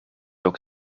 ook